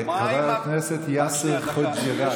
חבר הכנסת יאסר חוג'יראת.